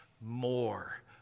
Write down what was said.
more